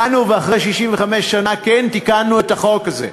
באנו ואחרי 65 שנה כן תיקנו את החוק הזה,